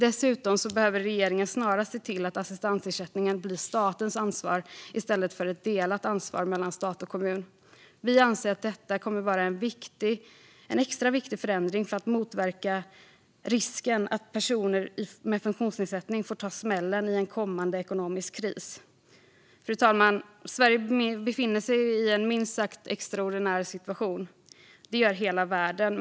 Dessutom behöver regeringen snarast se till att assistansersättningen blir statens ansvar i stället för ett delat ansvar mellan stat och kommun. Vi anser att detta är en extra viktig förändring för att motverka risken för att personer med funktionsnedsättning ska få ta smällen i en kommande ekonomisk kris. Fru talman! Sverige befinner sig i en minst sagt extraordinär situation. Det gör hela världen.